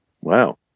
Wow